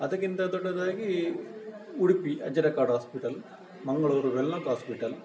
ಅದಕ್ಕಿಂತ ದೊಡ್ಡದಾಗಿ Udupi Ajjarakadu hospital Mangaluru Wenlock hospital